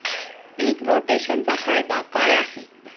पीक रोटेशनचा फायदा काय आहे?